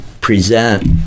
present